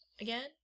again